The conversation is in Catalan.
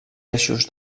eixos